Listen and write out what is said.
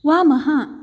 वामः